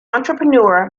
entrepreneur